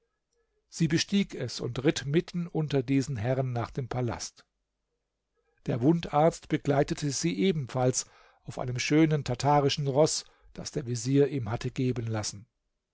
sie bestieg es und ritt mitten unter diesen herren nach dem palast der wundarzt begleitete sie ebenfalls auf einem schönen tartarischen roß das der vezier ihm hatte geben lassen